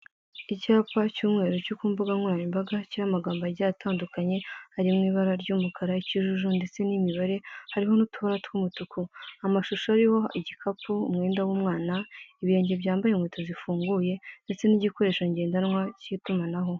Icyapa cy'umweru cyo kumbuga nkoranyambaga cyiriho amagambo agiye atandukanye arimwibara ry'umukara ikijuju ndetse n'imibare hariho nutubara twumutuku, amashusho ariho igikapu umwenda wumwana ibirenge byambaye inkweto zifunguye ndetse n'igikoresho cyitumanaho.